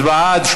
אז בעד,